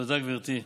תודה, גברתי.